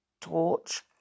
torch